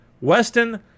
Weston